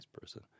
person